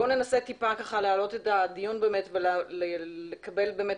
בואו ננסה להעלות את הדיון ולקבל את